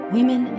Women